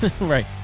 Right